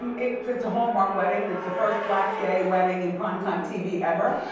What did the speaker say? um it's it's a hallmark wedding, it's the first black gay wedding in primetime tv ever.